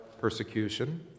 persecution